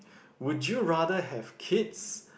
would you rather have kids